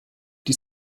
die